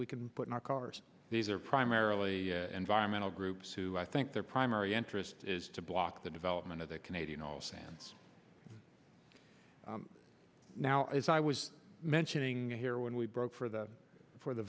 we can put in our cars these are primarily environmental groups who i think their primary interest is to block the development of the canadian oil sands now as i was mentioning here when we broke for the for the